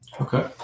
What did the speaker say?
Okay